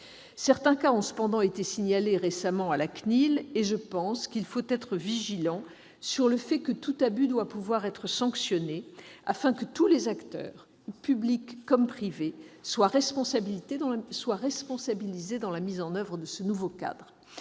Certains cas ont cependant été signalés récemment à la CNIL. Il faut rester vigilant sur le fait que tout abus doit pouvoir être sanctionné, afin que tous les acteurs, publics comme privés, soient responsabilisés dans la mise en oeuvre de ce nouveau cadre.